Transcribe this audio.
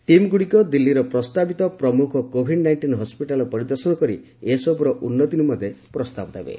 ଟିମ୍ଗୁଡ଼ିକ ଦିଲ୍ଲୀର ପ୍ରସ୍ତାବିତ ପ୍ରମୁଖ କୋଭିଡ୍ ନାଇଷ୍ଟିନ୍ ହସ୍କିଟାଲ୍ ପରିଦର୍ଶନ କରି ଏସବୁର ଉନ୍ନତି ନିମନ୍ତେ ପ୍ରସ୍ତାବ ଦେବେ